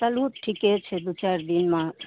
चलू ठीके छै दू चारि दिनमे